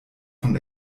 von